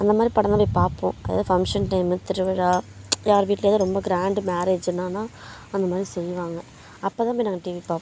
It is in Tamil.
அந்த மாதிரி படம் தான் போய் பார்ப்போம் எதாவது ஃபங்க்ஷன் டைம் திருவிழா யார் வீட்டிலையாவது ரொம்ப கிராண்டு மேரேஜினனா அந்த மாதிரி செய்வாங்க அப்போ தான் போய் நாங்கள் டிவி பார்ப்போம்